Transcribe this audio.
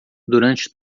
durante